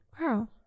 wow